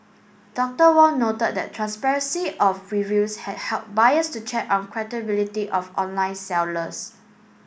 Doctor Wong noted that transparency of reviews had helped buyers to check on credibility of online sellers